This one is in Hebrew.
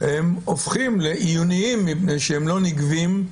הופכים לעיוניים, מפני שהם לא נגבים?